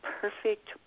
perfect